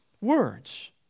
words